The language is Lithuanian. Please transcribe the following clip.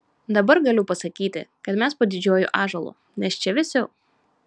dabar galiu pasakyti kad mes po didžiuoju ąžuolu nes čia vėsiau